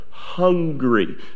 Hungry